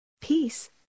peace